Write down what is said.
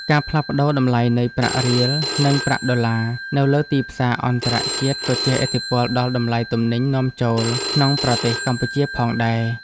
ការផ្លាស់ប្តូរតម្លៃនៃប្រាក់រៀលនិងប្រាក់ដុល្លារនៅលើទីផ្សារអន្តរជាតិ ក៏ជះឥទ្ធិពលដល់តម្លៃទំនិញនាំចូលក្នុងប្រទេសកម្ពុជាផងដែរ។